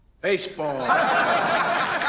Baseball